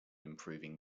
improving